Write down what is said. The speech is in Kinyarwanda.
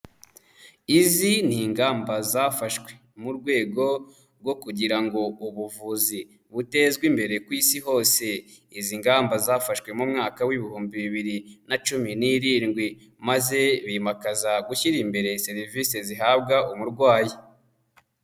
Izi ni ingamba zafashwe mu rwego rwo kugira ngo ubuvuzi butezwe imbere ku Isi hose, izi ngamba zafashwe mu mwaka w'ibihumbi bibiri na cumi n'irindwi, maze bimakaza gushyira imbere serivisi zihabwa umurwayi.